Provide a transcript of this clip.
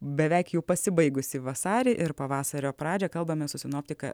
beveik pasibaigusi vasarį ir pavasario pradžia kalbame su sinoptika